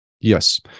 Yes